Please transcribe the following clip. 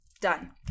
Done